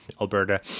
Alberta